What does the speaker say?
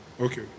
Okay